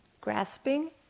Grasping